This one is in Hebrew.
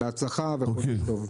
בהצלחה ובוקר טוב.